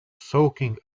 soaking